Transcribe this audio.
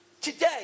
Today